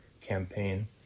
campaign